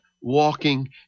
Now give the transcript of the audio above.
walking